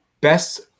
best